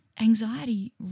anxiety